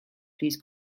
please